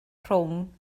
rhwng